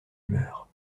humeur